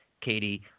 Katie